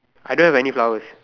I don't have any flowers